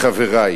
מחברי,